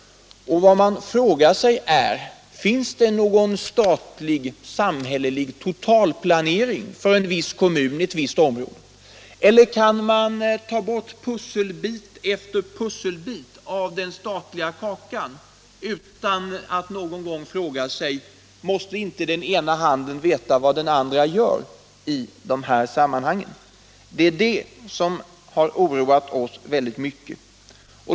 Vad man frågar sig är: Finns det någon statlig samhällelig totalplanering för en viss kommun eller ett visst område? Eller kan man ta bort pusselbit efter pusselbit av den statliga kakan utan att någon gång fråga sig: Måste inte den ena handen veta vad den andra gör? Det är det som har oroat oss väldigt mycket.